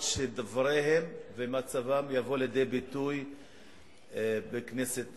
שדבריהם ומצבם יבואו לידי ביטוי בכנסת ישראל.